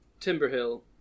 timberhill